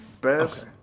best